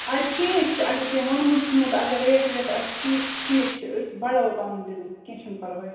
اَدٕ ٹھیٖک چھُ اگر تٔمۍ ووٚنمُت چھُ نوٚو تہٕ اَگر ریٹ ویٹ آسہِ ٹھیٖک ٹھیٖک چھُ أسۍ بَڑھاوو پَنُن بِزنیٚس کیٚنٛہہ چھُنہٕ پَرواے